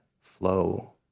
flow